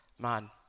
man